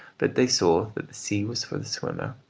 but they saw that the sea was for the swimmer,